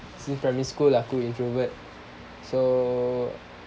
since primary school lah aku introvert so